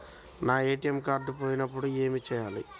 నా ATM card పోయినప్పుడు ఏమి చేయాలి?